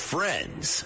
Friends